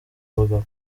bagabo